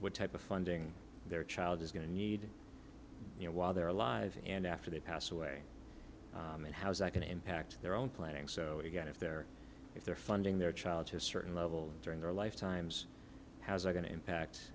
type of funding their child is going to need you know while they're alive and after they pass away and how's that going to impact their own planning so they get if they're if they're funding their child to a certain level during their lifetimes how's it going to impact